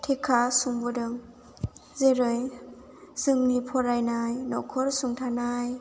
थेका संबोदों जेरै जोंनि फरायनाय नखर सुंथानाय